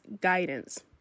guidance